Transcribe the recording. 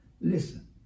listen